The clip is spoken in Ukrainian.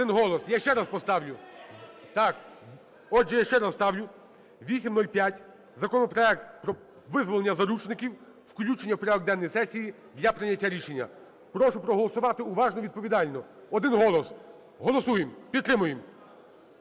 Один голос. Я ще раз поставлю. Так, отже, я ще раз ставлю 8205 - законопроект про визволення заручників – включення в порядок денний сесії для прийняття рішення. Прошу проголосувати уважно і відповідально. Один голос! Голосуємо. Підтримуємо